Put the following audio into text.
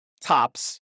tops